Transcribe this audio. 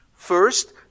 First